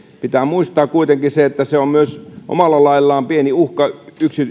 pitää muistaa kuitenkin se että se on omalla laillaan myös pieni uhka